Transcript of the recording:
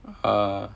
uh